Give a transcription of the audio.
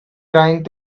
trying